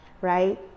right